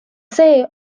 see